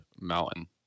mountain